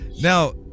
Now